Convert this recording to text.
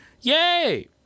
Yay